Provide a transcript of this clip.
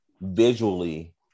visually